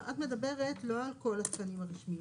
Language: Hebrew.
את מדברת לא על כל התקנים הרשמיים.